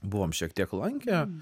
buvom šiek tiek lankę